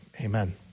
amen